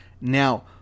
Now